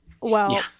Well-